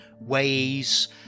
ways